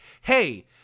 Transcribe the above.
hey